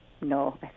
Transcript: No